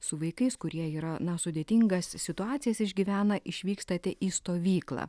su vaikais kurie yra na sudėtingas situacijas išgyvena išvykstate į stovyklą